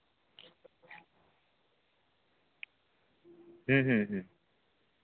ᱦᱩᱸ ᱦᱩᱸ ᱦᱩᱸ